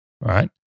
right